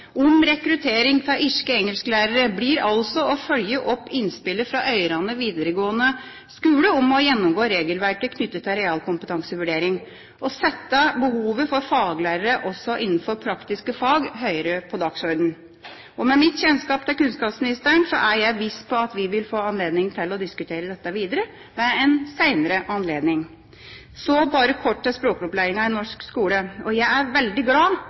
om rekruttering av irske engelsklærere blir altså å følge opp innspillet fra Øyrane vidaregåande skule om å gjennomgå regelverket knyttet til realkompetansevurdering og sette behovet for faglærere også innenfor praktiske fag høyere på dagsordenen. Med mitt kjennskap til kunnskapsministeren er jeg viss på at vi vil få anledning til å diskutere dette videre ved en senere anledning. Så bare kort til språkopplæringa i norsk skole. Jeg er veldig glad